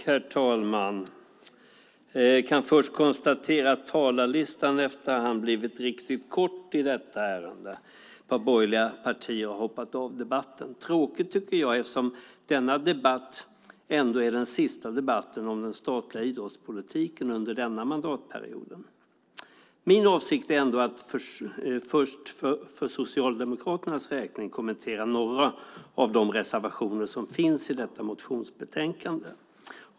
Herr talman! Jag kan först konstatera att talarlistan efter hand har blivit riktigt kort i detta ärende. Ett par borgerliga partier har hoppat av debatten. Det tycker jag är tråkigt eftersom denna debatt ändå är den sista debatten om den statliga idrottspolitiken under denna mandatperiod. Min avsikt är att för Socialdemokraternas räkning kommentera några av de reservationer som finns i detta motionsbetänkande.